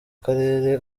karere